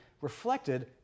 reflected